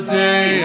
day